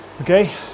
Okay